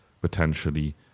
potentially